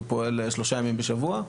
הוא פועל 3 ימים בשבוע,